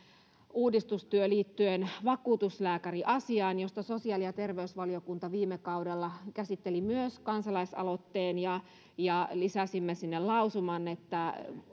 uudistustyö liittyen vakuutuslääkäriasiaan josta sosiaali ja terveysvaliokunta viime kaudella käsitteli myös kansalaisaloitteen ja ja lisäsimme sinne lausuman siitä että